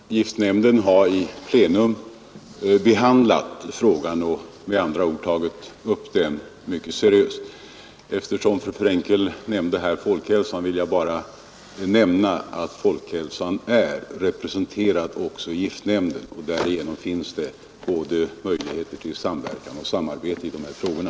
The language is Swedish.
Herr talman! Giftnämnden har i plenum behandlat frågan och med andra ord tagit upp den mycket seriöst. Eftersom fru Frenkel nämnde statens institut för folkhälsan vill jag bara påpeka att det är representerat i giftnämnden. Därigenom finns det alltså möjligheter till samarbete i de här frågorna.